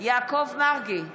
יעקב מרגי,